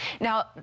Now